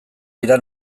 dira